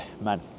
man